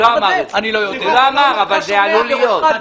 הוא לא אמר אבל זה עלול להיות.